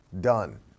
done